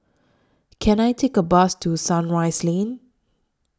Can I Take A Bus to Sunrise Lane